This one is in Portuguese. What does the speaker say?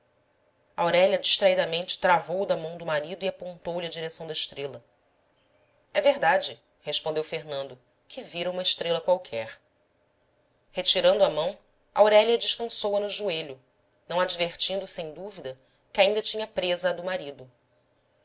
aurélia distraidamente travou da mão do marido e apontou lhe a direção da estrela é verdade respondeu fernando que vira uma estrela qualquer retirando a mão aurélia descansou a no joelho não advertindo sem dúvida que ainda tinha presa a do marido